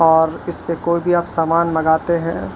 اور اس پہ کوئی بھی آپ سامان منگاتے ہیں